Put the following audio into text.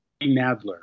Nadler